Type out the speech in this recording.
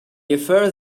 offer